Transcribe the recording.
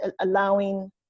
allowing